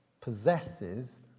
possesses